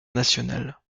nationale